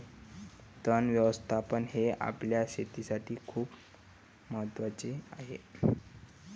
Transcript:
तण व्यवस्थापन हे आपल्या शेतीसाठी खूप महत्वाचे आहे